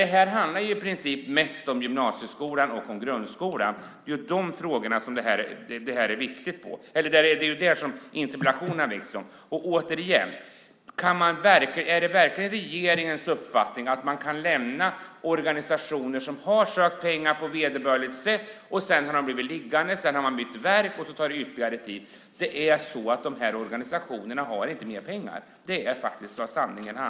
Det här handlar i princip mest om gymnasieskolan och grundskolan. Det är om detta interpellationen har väckts. Återigen: Är det verkligen regeringens uppfattning att man kan lämna organisationer åt sitt öde som har sökt pengar på vederbörligt sätt sedan ansökningarna har blivit liggande och man har bytt verk, och det har tagit ytterligare tid? Dessa organisationer har inte mer pengar. Det är sanningen.